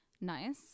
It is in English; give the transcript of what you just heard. Nice